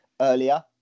earlier